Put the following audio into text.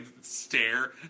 stare